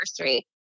anniversary